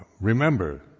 remember